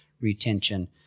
retention